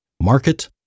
market